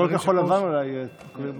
כל כחול לבן אולי קוראים.